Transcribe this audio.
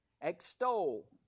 extol